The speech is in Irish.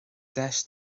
deis